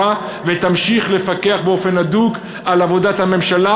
ותמשיך לפקח באופן הדוק על עבודת הממשלה